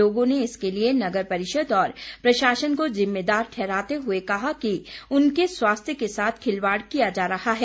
लोगों ने इसके लिए नगर परिषद और प्रशासन को जिम्मेदार ठहराते हुए कहा है कि उनके स्वास्थ्य के साथ खिलवाड़ किया जा रहा है